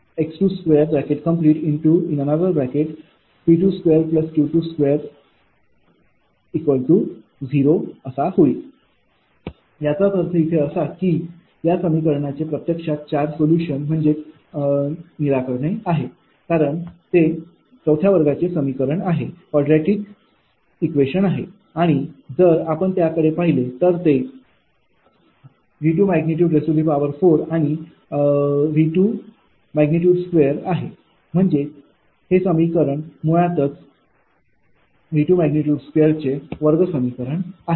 5V2V2r2x2P2Q20असा होईल याचाच अर्थ असा की या समीकरणाचे प्रत्यक्षात चार सोलुशन निराकरणे आहेत कारण ते चौथ्या वर्गाचे समीकरण आहे आणि जर आपण त्याकडे पाहिले तर तेV24आणि V22 आहे म्हणजेच हे समीकरण मुळात V22 चे वर्ग समीकरण आहे